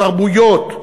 התרבויות,